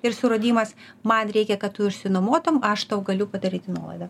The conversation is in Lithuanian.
ir suradimas man reikia kad tu išsinuomotum aš tau galiu padaryt nuolaidą